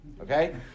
Okay